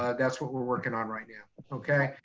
ah that's what we're working on right now okay?